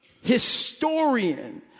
historian